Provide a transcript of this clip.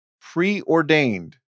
preordained